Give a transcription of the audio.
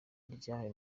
ryahawe